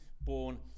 born